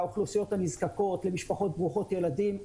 לאוכלוסיות הנזקקות, למשפחות ברוכות ילדים.